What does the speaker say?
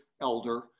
elder